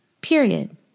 Period